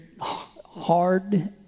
hard